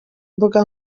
imbuga